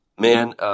Man